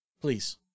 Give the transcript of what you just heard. Please